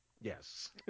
Yes